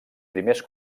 primers